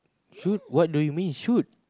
shoot what do you mean shoot